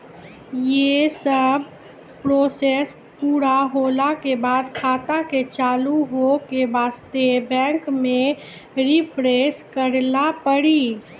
यी सब प्रोसेस पुरा होला के बाद खाता के चालू हो के वास्ते बैंक मे रिफ्रेश करैला पड़ी?